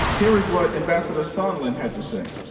here is what ambassador sondland had to say.